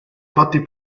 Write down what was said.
fatti